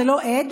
זה לא עד,